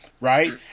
right